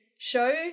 show